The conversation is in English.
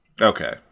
okay